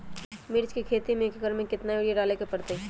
मिर्च के खेती में एक एकर में कितना यूरिया डाले के परतई?